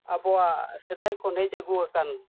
ᱟᱵᱚᱣᱟᱜ ᱥᱮᱫᱟᱭ ᱠᱷᱚᱱ ᱦᱮᱡ ᱟᱹᱜᱩ ᱟᱠᱟᱱ